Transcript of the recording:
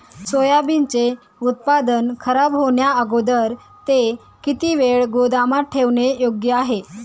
सोयाबीनचे उत्पादन खराब होण्याअगोदर ते किती वेळ गोदामात ठेवणे योग्य आहे?